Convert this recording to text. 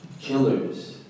killers